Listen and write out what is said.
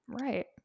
Right